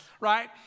right